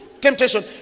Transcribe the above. temptation